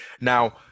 Now